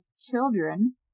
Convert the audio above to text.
children